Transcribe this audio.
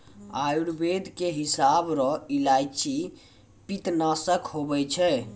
आयुर्वेद के हिसाब रो इलायची पित्तनासक हुवै छै